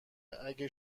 اگه